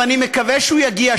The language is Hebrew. ואני מקווה שהוא יגיע,